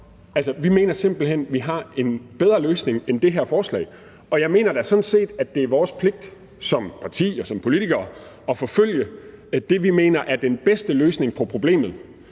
Altså, vi mener simpelt hen, at vi har en bedre løsning end det her forslag. Og jeg mener da sådan set, at det er vores pligt som parti og som politikere at forfølge det, vi mener er den bedste løsning på problemet,